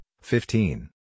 fifteen